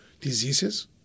diseases